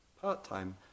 part-time